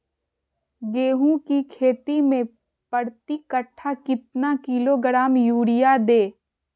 गेंहू की खेती में प्रति कट्ठा कितना किलोग्राम युरिया दे?